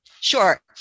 sure